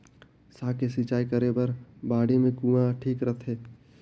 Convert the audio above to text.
साग के सिंचाई करे बर बाड़ी मे कुआँ ठीक रहथे?